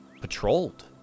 patrolled